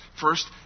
First